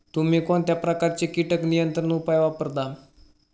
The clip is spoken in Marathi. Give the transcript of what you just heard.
तुम्ही कोणत्या प्रकारचे कीटक नियंत्रण उपाय वापरता?